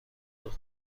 خود